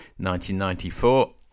1994